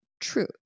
true